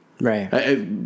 Right